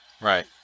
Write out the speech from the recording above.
Right